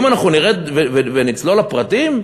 ואם אנחנו נרד ונצלול לפרטים,